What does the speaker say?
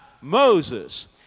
Moses